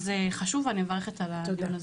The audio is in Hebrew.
אז זה חשוב, ואני מברכת על הדיון הזה.